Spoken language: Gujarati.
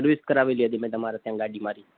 સર્વિસ કરાવેલી હતી મેં તમારે ત્યાં ગાડી મારી